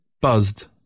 buzzed